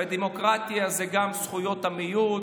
ודמוקרטיה היא גם זכויות המיעוט,